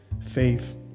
faith